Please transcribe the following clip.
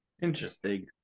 Interesting